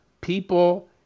people